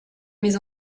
mes